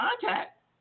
contact